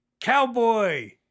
Cowboy